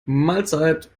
mahlzeit